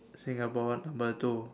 Singapore number two